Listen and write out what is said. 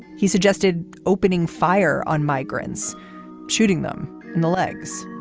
he suggested opening fire on migrants shooting them in the legs